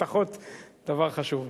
הבטחות זה דבר חשוב,